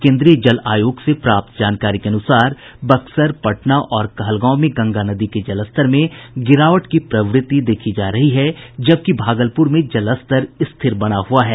केन्द्रीय जल आयोग से प्राप्त जानकारी के अनुसार बक्सर पटना और कहलगांव में गंगा नदी के जलस्तर में गिरावट की प्रवृत्ति देखी जा रही है जबकि भागलपुर में जलस्तर स्थिर बना हुआ है